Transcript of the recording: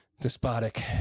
despotic